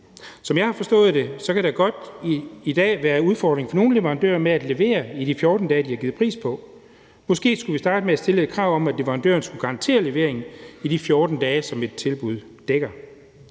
Som jeg har forstået det, kan der godt for nogle leverandører i dag godt være udfordringer med at levere i de 14 dage, de har sat priser for. Måske skulle vi starte med at stille krav om, at leverandørerne skulle garantere leveringen i de 14 dage, som en prissætning dækker.